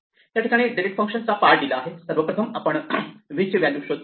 या ठिकाणी delete function चा पार्ट दिला आहे सर्वप्रथम आपण v ची व्हॅल्यू शोधतो